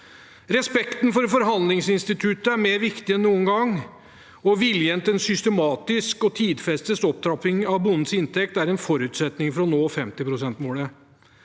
Respekten for forhandlingsinstituttet er viktigere enn noen gang, og vilje til en systematisk og tidfestet opptrapping av bondens inntekt er en forutsetning for å nå 50-prosentmålet.